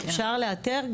אפשר לאתר,